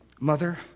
Mother